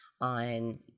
on